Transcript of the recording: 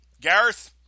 Gareth